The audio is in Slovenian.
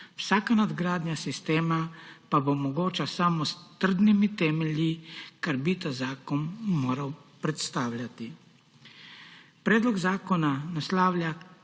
Vsaka nadgradnja sistema pa bo mogoča samo s trdnimi temelji, kar bi ta zakon moral predstavljati. Predlog zakona naslavlja